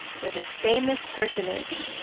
with a famous personage.